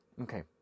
okay